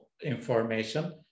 information